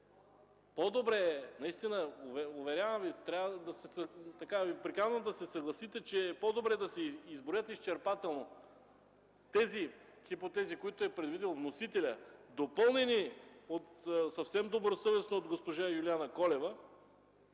по-добре е, уверявам Ви, трябва, приканвам Ви да се съгласите, че е по-добре да се изброят изчерпателно тези хипотези, които е предвидил вносителят, допълнени съвсем добросъвестно от госпожа Юлиана Колева